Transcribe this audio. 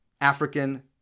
African